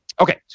Okay